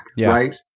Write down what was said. right